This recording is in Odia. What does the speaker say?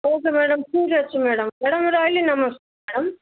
ଓକେ ମ୍ୟାଡ଼ାମ୍ ଠିକ ଅଛି ମ୍ୟାଡ଼ାମ୍ ମ୍ୟାଡ଼ାମ୍ ରହିଲି ନମସ୍କାର ମ୍ୟାଡ଼ାମ୍